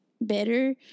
better